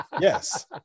Yes